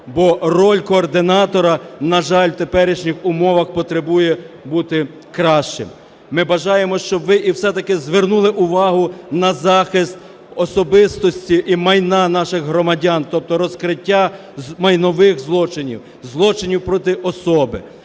бо роль координатора, на жаль, в теперішніх умовах потребує бути кращим. Ми бажаємо, щоб ви і все-таки звернули увагу на захист особистості і майна наших громадян, тобто розкриття майнових злочинів, злочинів проти особи.